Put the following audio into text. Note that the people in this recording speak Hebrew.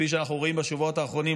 וכפי שאנחנו רואים בשבועות האחרונים,